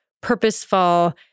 purposeful